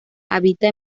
habita